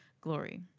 glory